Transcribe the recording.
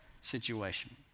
situation